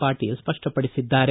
Patil ಸ್ವಷ್ಪಡಿಸಿದ್ದಾರೆ